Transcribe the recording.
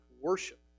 worship